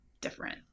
different